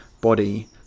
body